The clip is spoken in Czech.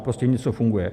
Prostě něco funguje.